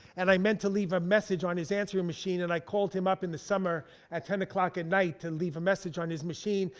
and i meant to leave a message on his answering machine and i called him up in the summer at ten o'clock at and night to leave a message on his machine,